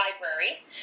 library